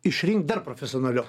išrinkt dar profesionaliau